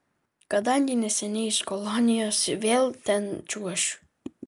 kadangi neseniai iš kolonijos vėl ten čiuošiu